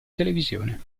televisione